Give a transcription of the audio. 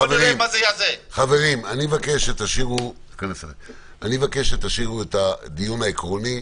חברים, אני מבקש שתשאירו את הדיון העקרוני,